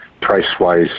price-wise